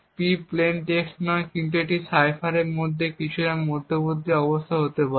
P plain text নয় কিন্তু এটি সাইফারের কিছু মধ্যবর্তী অবস্থা হতে পারে